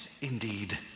indeed